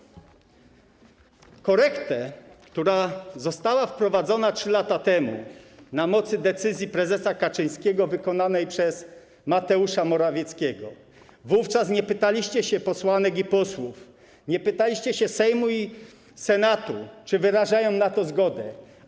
Jeśli chodzi o korektę, która została wprowadzona 3 lata temu na mocy decyzji prezesa Kaczyńskiego i wykonana przez Mateusza Morawieckiego, to wówczas nie pytaliście się posłanek i posłów, nie pytaliście się Sejmu i Senatu, czy wyrażają na to zgodę.